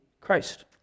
Christ